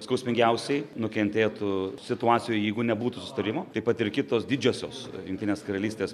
skausmingiausiai nukentėtų situacijoj jeigu nebūtų sutarimo taip pat ir kitos didžiosios jungtinės karalystės